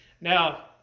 now